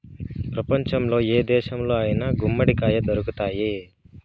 ప్రపంచంలో ఏ దేశంలో అయినా గుమ్మడికాయ దొరుకుతాయి